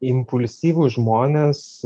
impulsyvūs žmonės